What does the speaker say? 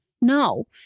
No